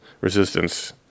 resistance